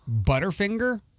Butterfinger